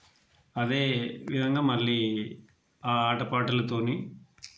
అదే విధంగా మళ్ళీ ఆటపాటలతోని